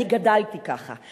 אני גדלתי ככה.